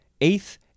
eighth